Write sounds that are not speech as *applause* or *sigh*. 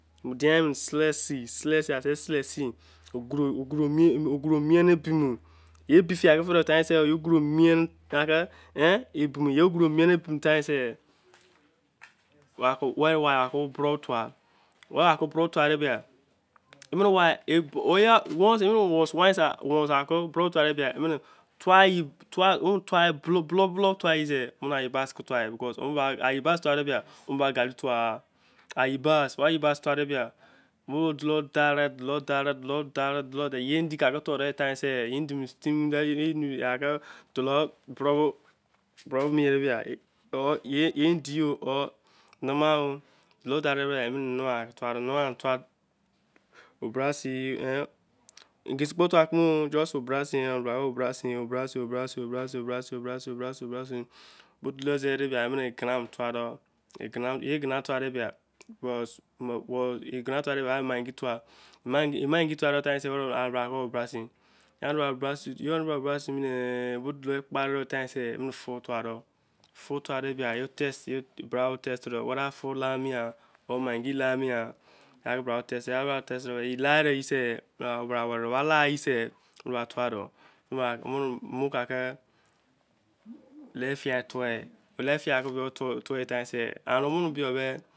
Idemi selea al se sele sei why ke borou tuwa. ayiba emene tuwa-de endi-nama. brasin. igene tuwa. maggi doh-fimi-ne or maggi lie me sei *laughs*